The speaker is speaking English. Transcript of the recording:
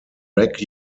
rack